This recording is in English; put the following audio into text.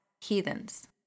Heathens